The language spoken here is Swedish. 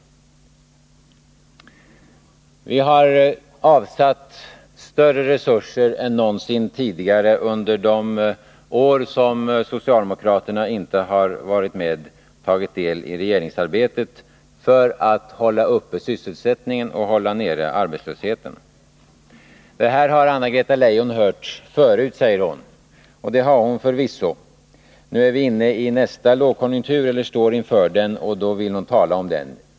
Vi har under de år då socialdemokraterna inte har tagit del i regeringsarbetet avsatt större resurser än någonsin tidigare för att hålla uppe sysselsättningen och hålla nere arbetslösheten. Detta har Anna-Greta Leijon hört förut, säger hon, och det har hon förvisso. Nu är vi inne i nästa lågkonjunktur, eller står inför den, och då vill hon tala om den.